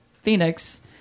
Phoenix